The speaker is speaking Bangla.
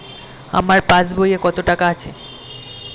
আমার পাস বইয়ে কত টাকা আছে?